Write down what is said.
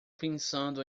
pensando